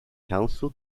council